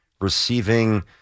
Receiving